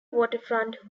waterfront